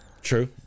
True